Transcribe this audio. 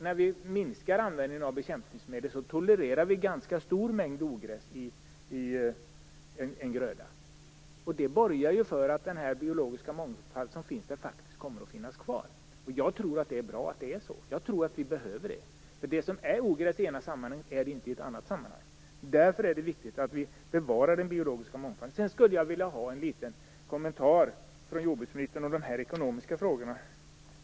När användningen av bekämpningsmedel minskas i dag, tolererar vi en ganska stor mängd ogräs i en gröda. Det borgar för att den biologiska mångfald som redan finns faktiskt kommer att finnas kvar. Jag tror att det är bra att det är så. Jag tror att vi behöver det. Det som är ogräs i det ena sammanhanget är inte det i andra sammanhang. Därför är det viktigt att vi bevarar den biologiska mångfalden. Jag skulle vilja ha en kommentar från jordbruksministern om de ekonomiska frågorna.